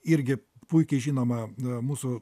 irgi puikiai žinoma mūsų